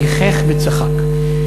גיחך וצחק.